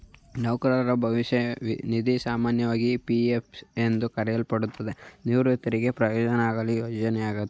ನೌಕರರ ಭವಿಷ್ಯ ನಿಧಿ ಸಾಮಾನ್ಯವಾಗಿ ಪಿ.ಎಫ್ ಎಂದು ಕರೆಯಲ್ಪಡುತ್ತೆ, ನಿವೃತ್ತರಿಗೆ ಪ್ರಯೋಜ್ನಗಳ ಯೋಜ್ನೆಯಾಗೈತೆ